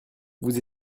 vous